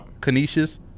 Canisius